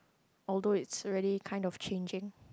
although it's already kind of changing